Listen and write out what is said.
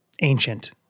ancient